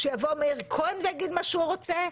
שיגיד מאיר כהן מה שהוא רוצה,